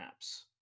apps